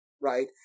right